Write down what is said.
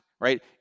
Right